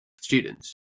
students